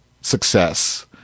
success